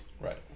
Right